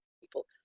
people